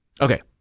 Okay